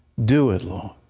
do it, lord,